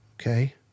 okay